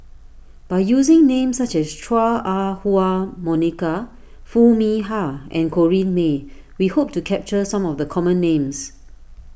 by using names such as Chua Ah Huwa Monica Foo Mee Har and Corrinne May we hope to capture some of the common names